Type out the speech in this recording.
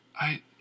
I